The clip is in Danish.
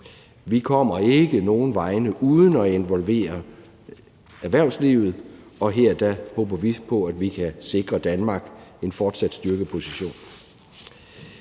Vi kommer ikke nogen vegne uden at involvere erhvervslivet, og her håber vi på, at vi kan sikre Danmark en fortsat styrkeposition.